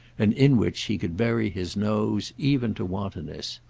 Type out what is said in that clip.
and in which he could bury his nose even to wantonness.